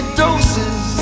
doses